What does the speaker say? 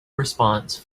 response